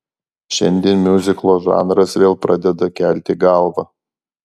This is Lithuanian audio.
šiandien miuziklo žanras vėl pradeda kelti galvą